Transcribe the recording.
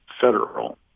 federal